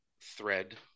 thread